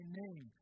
name